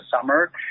summer